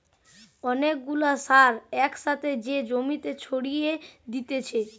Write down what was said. অনেক গুলা সার এক সাথে যে জমিতে ছড়িয়ে দিতেছে